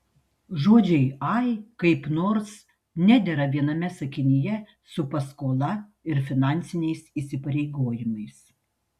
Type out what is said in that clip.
žodžiai ai kaip nors nedera viename sakinyje su paskola ir finansiniais įsipareigojimais